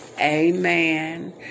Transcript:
Amen